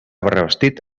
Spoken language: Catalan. revestit